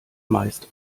meist